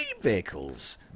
vehicles